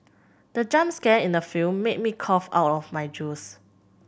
the jump scare in the film made me cough out my juice